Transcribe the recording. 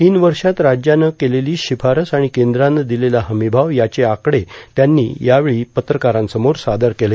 तीन वर्षात राज्यानं केलेली शिफारस आणि केंद्रानं दिलेला हमीभाव याचे आकडे त्यांनी पत्रकारांसमोर सादर केले